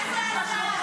מה זה עזר?